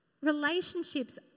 relationships